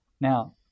Now